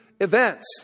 events